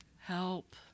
Help